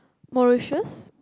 Mauritius